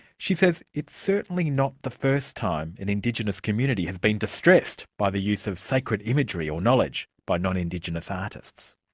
she says it's certainly not the first time an indigenous community has been distressed by the use of sacred imagery or knowledge by non-indigenous artists.